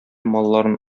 малларын